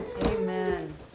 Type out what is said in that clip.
Amen